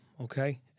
Okay